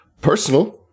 personal